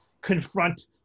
confront